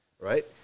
right